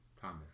Thomas